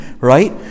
right